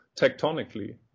tectonically